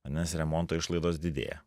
vadinasi remonto išlaidos didėja